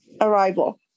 arrival